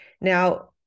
Now